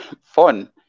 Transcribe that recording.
fun